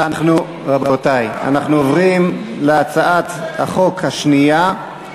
אנחנו עוברים להצעת החוק השנייה,